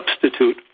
substitute